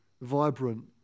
vibrant